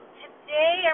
today